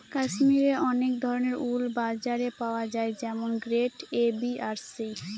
কাশ্মিরে অনেক ধরনের উল বাজারে পাওয়া যায় যেমন গ্রেড এ, বি আর সি